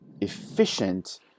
efficient